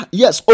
yes